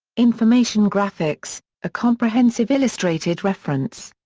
information graphics a comprehensive illustrated reference.